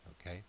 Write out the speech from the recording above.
Okay